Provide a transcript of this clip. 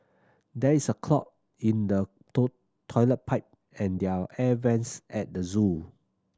there is a clog in the toe toilet pipe and their air vents at the zoo